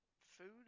food